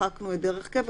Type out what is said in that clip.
מחקנו את "דרך קבע",